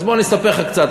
אז בוא אני אספר לך קצת.